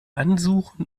ansuchen